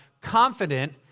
confident